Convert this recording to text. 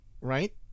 right